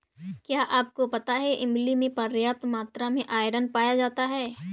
क्या आपको पता है इमली में पर्याप्त मात्रा में आयरन पाया जाता है?